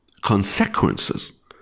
consequences